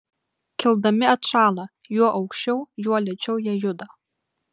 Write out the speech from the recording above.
kildami atšąla juo aukščiau juo lėčiau jie juda